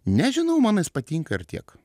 nežinau man jis patinka ir tiek